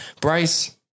Bryce